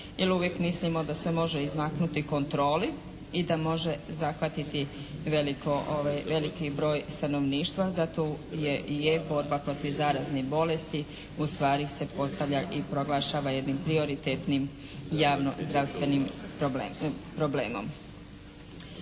jer uvijek mislimo da se može izmaknuti kontroli i da može zahvatiti veliki broj stanovništva, zato i je borba protiv zaraznih bolesti ustvari se postavlja i proglašava jednim prioritetnim javno-zdravstvenim problemom.